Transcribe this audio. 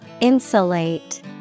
Insulate